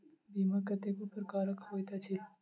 बीमा कतेको प्रकारक होइत अछि